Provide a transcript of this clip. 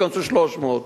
ייכנסו 300,